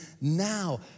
now